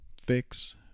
fix